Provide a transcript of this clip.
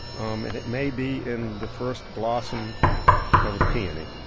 um and it may be in the first blossom of a peony,